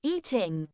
Eating